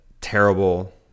terrible